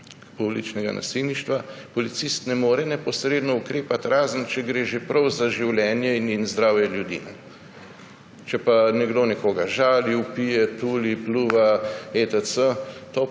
pouličnega nasilništva, policist ne more neposredno ukrepati, razen če gre že prav za življenje in zdravje ljudi. Če pa nekdo nekoga žali, vpije, tuli, pljuva etc.,